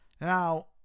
now